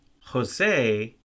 Jose